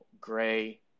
gray